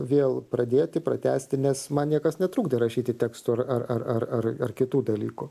vėl pradėti pratęsti nes man niekas netrukdo rašyti teksto ar ar ar ar kitų dalykų